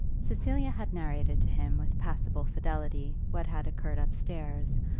cecilia had narrated to him with passable fidelity what had occurred upstairs,